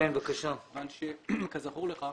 כזכור לך,